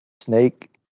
Snake